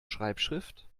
schreibschrift